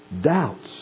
doubts